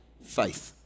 faith